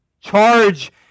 charge